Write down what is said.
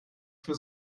für